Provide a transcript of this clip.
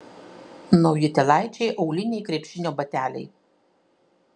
naujutėlaičiai auliniai krepšinio bateliai